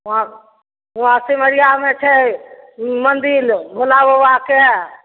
वहाँ सिमरिआ मे छै मंदिल भोलेबाबाके